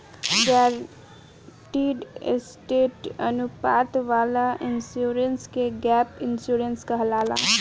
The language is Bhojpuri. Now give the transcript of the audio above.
गारंटीड एसेट अनुपात वाला इंश्योरेंस के गैप इंश्योरेंस कहाला